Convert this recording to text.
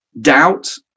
doubt